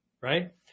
right